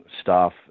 staff